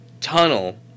tunnel